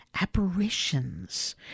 apparitions